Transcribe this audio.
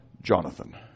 Jonathan